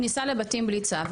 כניסה לבתים בלי צו,